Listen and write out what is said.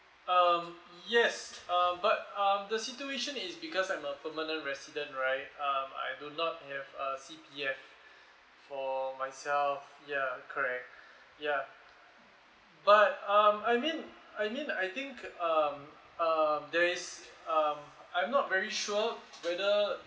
um yes uh but um the situation is because I'm a permanent resident right um I do not have a C_P_F for myself ya correct ya but um I mean I mean I think um um there's um I'm not very sure whether